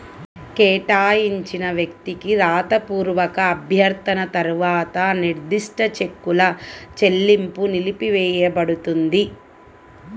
కేటాయించిన వ్యక్తికి రాతపూర్వక అభ్యర్థన తర్వాత నిర్దిష్ట చెక్కుల చెల్లింపు నిలిపివేయపడుతుంది